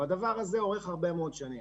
והדבר הזה אורך הרבה מאוד שנים.